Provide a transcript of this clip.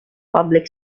public